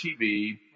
TV